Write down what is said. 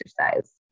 exercise